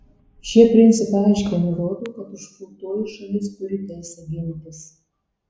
šie principai aiškiai nurodo kad užpultoji šalis turi teisę gintis